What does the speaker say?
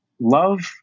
love